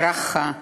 צרחה אנחה,